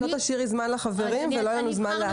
את לא תשאירי זמן לחברים ולא יהיה לנו זמן להשיב.